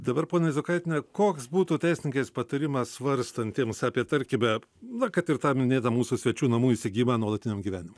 dabar ponia izokaitiene koks būtų teisininkės patarimas svarstantiems apie tarkime na kad ir tą minėtą mūsų svečių namų įsigijimą nuolatiniam gyvenimui